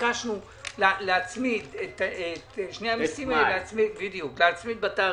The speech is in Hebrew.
ביקשנו להצמיד את שני המיסים בתאריכים.